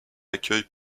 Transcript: accueil